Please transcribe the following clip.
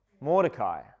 Mordecai